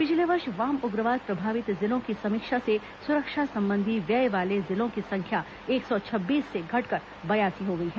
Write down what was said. पिछले वर्ष वाम उग्रवाद प्रभावित जिलों की समीक्षा से सुरक्षा संबंधी व्यय वाले जिलों की संख्या एक सौ छब्बीस से घटकर बयासी हो गई है